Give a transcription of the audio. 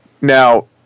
now